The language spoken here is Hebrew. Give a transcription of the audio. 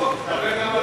בוא, ברוך הבא ותתחפף.)